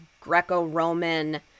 Greco-Roman